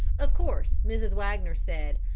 of course mrs. wagner said,